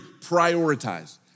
prioritize